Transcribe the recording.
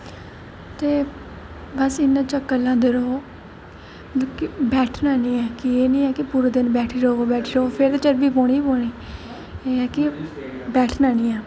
ते बस इ'यां चक्कर लांदे र'वो कि बैठना निं ऐ कि एह् निं ऐ कि पूरा दिन बैठी र'वो फिर चर्बी पौनी गै पौनी एह् ऐ कि बैठना निं ऐ